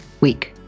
week